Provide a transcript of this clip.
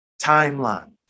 timeline